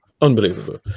Unbelievable